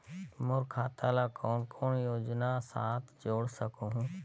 मोर खाता ला कौन कौन योजना साथ जोड़ सकहुं?